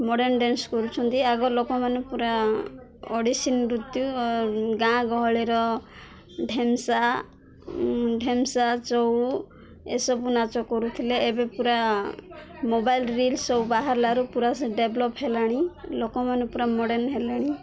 modern dance କରୁଛନ୍ତି ଆଗ ଲୋକମାନେ ପୁରା ଓଡ଼ିଶୀ ନୃତ୍ୟ ଗାଁ ଗହଳିର ଢେମସା ଢେମସା ଚଉ ଏସବୁ ନାଚ କରୁଥିଲେ ଏବେ ପୁରା ମୋବାଇଲ ରିଲ୍ ସବୁ ବାହାରିଲାରୁ ପୁରା ସେ ଡେଭଲପ୍ ହେଲାଣି ଲୋକମାନେ ପୁରା ମଡ଼େନ ହେଲେଣି